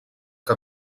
que